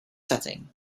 setting